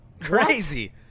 Crazy